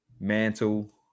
Mantle